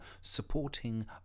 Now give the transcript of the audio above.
supporting